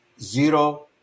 zero